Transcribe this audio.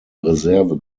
reserve